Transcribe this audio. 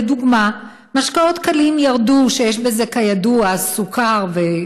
לדוגמה, משקאות קלים, שכידוע יש בהם